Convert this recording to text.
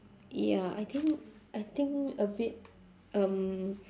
ya I think I think a bit um